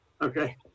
Okay